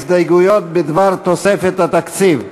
הסתייגויות בדבר תוספת לתקציב.